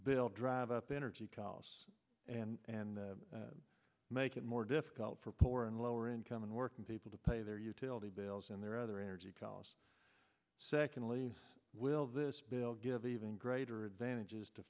bill drive up energy costs and and make it more difficult for poor and lower income and working people to pay their utility bills and their other energy costs secondly will this bill give even greater advantages to